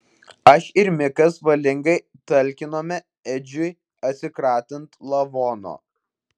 aš ir mikas valingai talkinome edžiui atsikratant lavono